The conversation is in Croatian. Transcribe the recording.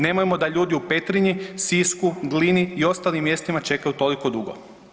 Nemojmo da ljudi u Petrinji, Sisku, Glini i ostalim mjestima čekaju toliko dugo.